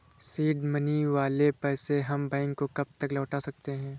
Seed money वाले पैसे हम बैंक को कब तक लौटा सकते हैं?